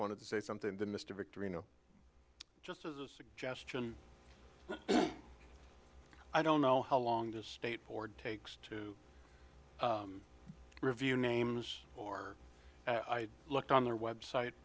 wanted to say something to mr victory no just as a suggestion i don't know how long the state board takes to review names or i looked on their website